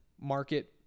market